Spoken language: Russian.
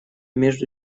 между